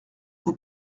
vous